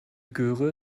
göre